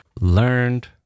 learned